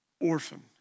orphan